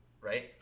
Right